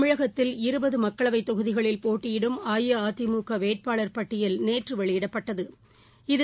தமிழகத்தில் இருபதுமக்களவைத் தொகுதிகளில் போட்டியிடும் அஇஅதிமுகவேட்பாளர் பட்டியல் நேற்றவெளியிடப்பட்டது